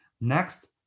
next